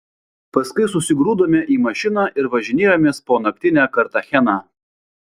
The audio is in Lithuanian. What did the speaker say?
paskui susigrūdome į mašiną ir važinėjomės po naktinę kartacheną